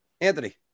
Anthony